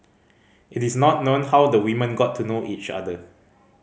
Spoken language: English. it is not known how the women got to know each other